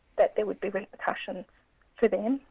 that there would be repercussions for them.